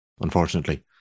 unfortunately